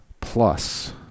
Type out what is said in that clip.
Plus